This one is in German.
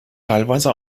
teilweise